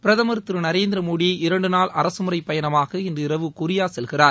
பிரதமர் திரு நரேந்திர மோடி இரண்டு நாள் அரசு முறை பயணமாக இன்றிரவு கொரியா செல்கிறார்